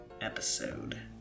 episode